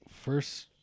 first